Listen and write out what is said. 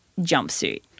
jumpsuit